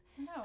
no